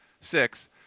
six